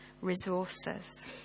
resources